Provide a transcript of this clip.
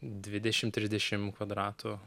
dvidešimt trisdešimt kvadratų